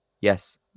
Yes